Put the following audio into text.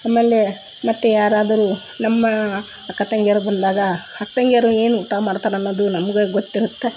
ಆಮೇಲೆ ಮತ್ತು ಯಾರಾದರು ನಮ್ಮ ಅಕ್ಕ ತಂಗಿಯರು ಬಂದಾಗ ಅಕ್ಕ ತಂಗಿಯರು ಏನು ಊಟ ಮಾಡ್ತಾರೆ ಅನ್ನೋದು ನಮ್ಗೆ ಗೊತ್ತಿರುತ್ತೆ